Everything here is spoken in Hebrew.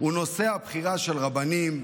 הוא נושא הבחירה של רבנים,